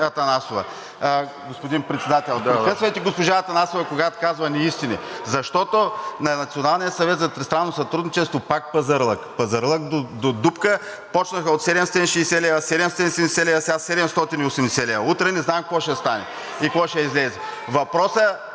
Другото, господин Председател, прекъсвайте госпожа Атанасова, когато казва неистини. Защото на Националния съвет за тристранно сътрудничество пак пазарлък, пазарлък до дупка. Почнаха от 760 лв., 770 лв., сега 780 лв. Утре не знам какво ще стане и какво ще излезе. Въпросът